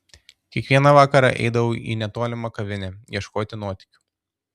kiekvieną vakarą eidavau į netolimą kavinę ieškoti nuotykių